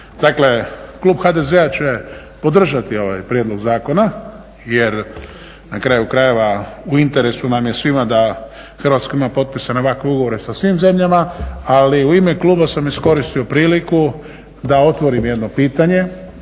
Dakle, klub HDZ-a će podržati ovaj prijedlog zakona jer na kraju krajeva u interesu nam je svima da Hrvatska ima potpisane ovakve ugovore sa svim zemljama. ali u ime kluba sam iskoristio priliku da otvorim jedno pitanje